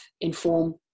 inform